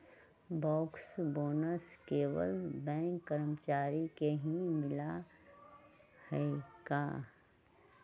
Bankers bonus केवल bank कर्मचारियन के ही मिला हई का?